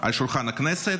על שולחן הכנסת.